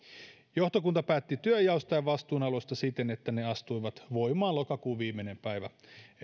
johtokunta päätti työnjaosta ja vastuunalueista siten että ne astuivat voimaan lokakuun viimeinen päivä